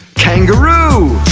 kangaroo